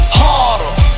harder